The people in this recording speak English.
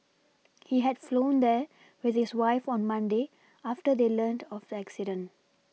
he had flown there with his wife on Monday after they learnt of the accident